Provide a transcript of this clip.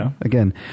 again